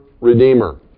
redeemer